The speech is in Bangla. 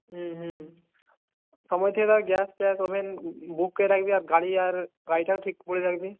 হুম হুম সবাই তাহলে গ্যাস ট্যাস ওভেন বুক করে রাখবি গাড়ি আর গাড়িটাও ঠিক করে রাখবি